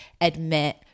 admit